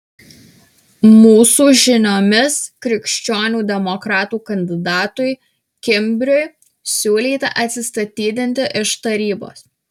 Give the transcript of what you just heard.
mūsų žiniomis krikščionių demokratų kandidatui kimbriui siūlyta atsistatydinti iš tarybos